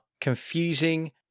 confusing